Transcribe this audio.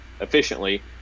efficiently